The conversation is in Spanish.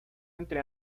entre